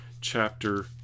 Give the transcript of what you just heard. chapter